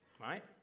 right